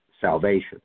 salvation